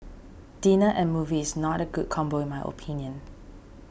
dinner and movie is not a good combo in my opinion